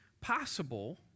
possible